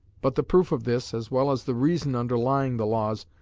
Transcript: but the proof of this, as well as the reason underlying the laws,